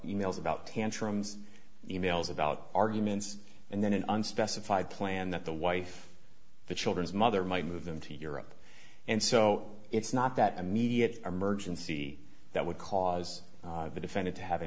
e mails about tantrums e mails about arguments and then an unspecified plan that the wife the children's mother might move them to europe and so it's not that immediate emergency that would cause the defendant to have an